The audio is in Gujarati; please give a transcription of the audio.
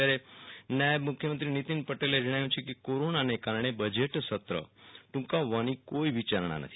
ત્યારે નાયબ મુખ્યમંત્રી નીતિન પટેલે જણાવ્યું છે કે કોરોનાને કારણે બજેટ સત્ર ટુંકાવવાની કોઈ વિયારણા નથી